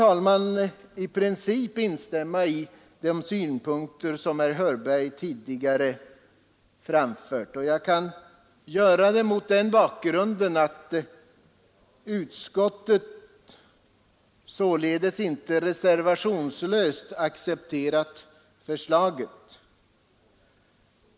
Jag kan i princip instämma i de synpunkter som herr Hörberg tidigare framfört. Jag kan göra det mot den bakgrunden att utskottet således inte reservationslöst accepterat förslaget.